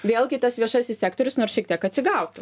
vėlgi tas viešasis sektorius nors šiek tiek atsigautų